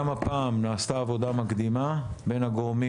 גם הפעם נעשתה עבודה מקדימה בין הגורמים